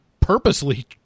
purposely